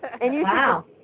Wow